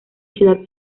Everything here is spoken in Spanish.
ciudad